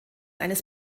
eines